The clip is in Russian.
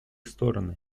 стороны